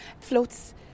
floats